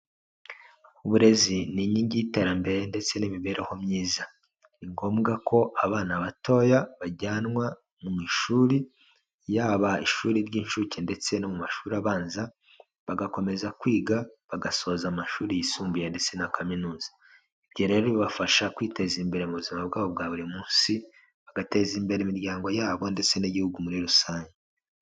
Uburezi ni inkingi y'iterambere ndetse n'imibereho myiza, ni ngombwa ko abana batoya bajyanwa mu ishuri, yaba ishuri ry'incuke ndetse no mu mashuri abanza, bagakomeza kwiga bagasoza amashuri yisumbuye ndetse na kaminuza, ibyo rero bibafasha kwiteza imbere mu buzima bwabo bwa buri munsi bagateza imbere imiryango yabo ndetse n'igihugu muri rusange.